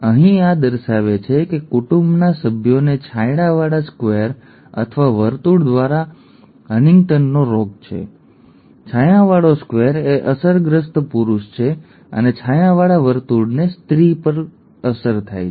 અહીં આ દર્શાવે છે કે કુટુંબના સભ્યોને છાંયડાવાળા સ્ક્વેર અથવા વર્તુળ દ્વારા હન્ટિંગ્ટનનો રોગ છે ઠીક છે છાયાવાળો સ્ક્વેર એક અસરગ્રસ્ત પુરુષ છે અને છાયાવાળા વર્તુળને સ્ત્રી પર અસર થાય છે ઠીક છે